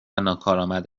ناکارآمد